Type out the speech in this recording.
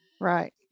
Right